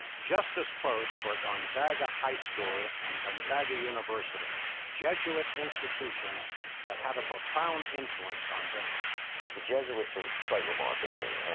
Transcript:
just as close were gonzaga high school and gonzaga university, jesuit institutions that had a profound influence on bing. giddins the jesuits are quite remarkable.